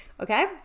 Okay